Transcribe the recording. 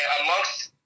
amongst